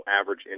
average